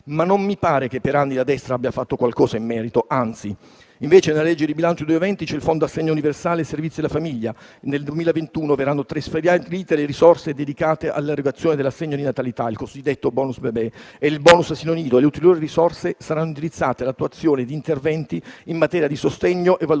ma non mi pare che per anni la destra abbia fatto qualcosa in merito, anzi. Invece, la legge di bilancio 2020 ha istituito il Fondo assegno universale e servizi alla famiglia; nel 2021 verranno trasferite le risorse dedicate all'erogazione dell'assegno di natalità, il cosiddetto *bonus* bebè, e il *bonus* asilo nido e ulteriori risorse saranno indirizzate all'attuazione di interventi in materia di sostegno e valorizzazione